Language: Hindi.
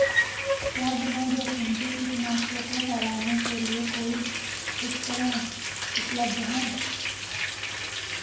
क्या बिना जोखिम के कीटनाशकों को फैलाने के लिए कोई उपकरण उपलब्ध है?